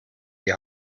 die